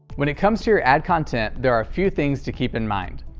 when it comes to your ad content, there are a few things to keep in mind.